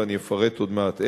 ואני אפרט עוד מעט איך.